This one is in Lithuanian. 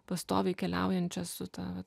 pastoviai keliaujančią su ta va